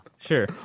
sure